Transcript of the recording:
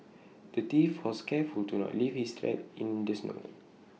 the thief was careful to not leave his tracks in the snow